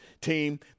team